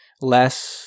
less